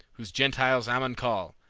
whom gentiles ammon call,